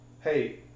hey